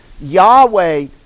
Yahweh